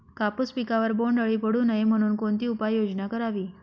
कापूस पिकावर बोंडअळी पडू नये म्हणून कोणती उपाययोजना करावी?